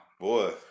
Boy